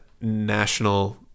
national